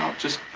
just.